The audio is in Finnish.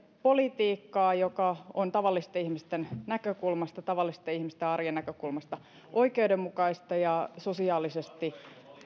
politiikkaa joka on tavallisten ihmisten näkökulmasta tavallisten ihmisten arjen näkökulmasta oikeudenmukaista ja sosiaalisesti